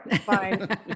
fine